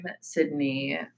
Sydney